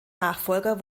nachfolger